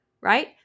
right